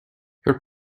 her